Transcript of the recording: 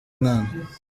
mwana